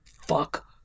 fuck